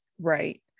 Right